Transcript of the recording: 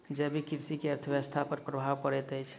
जैविक कृषि के अर्थव्यवस्था पर प्रभाव पड़ैत अछि